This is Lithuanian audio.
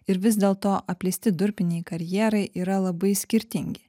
ir vis dėl to apleisti durpiniai karjerai yra labai skirtingi